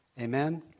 Amen